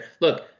look